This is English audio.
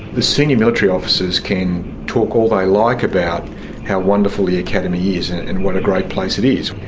the senior military officers can talk all they like about how wonderful the academy is and and what a great place it is,